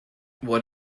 what